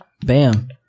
Bam